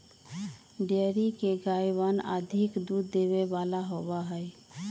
dairy के गायवन अधिक दूध देवे वाला होबा हई